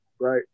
Right